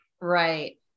right